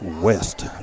west